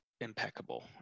impeccable